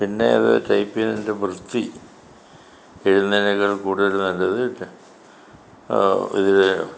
പിന്നെ അത് റ്റൈപ്പ് ചെയ്തതിൻ്റെ വൃത്തി എഴുതുന്നതിനേക്കാളും കൂടുതൽ നല്ലത് ഇതിൽ